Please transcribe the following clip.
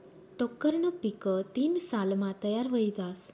टोक्करनं पीक तीन सालमा तयार व्हयी जास